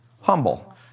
Humble